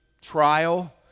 trial